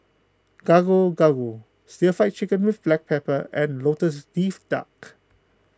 Gado Gado Stir Fried Chicken with Black Pepper and Lotus Leaf Duck